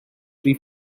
free